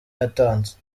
yatanze